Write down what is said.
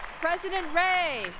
president ray,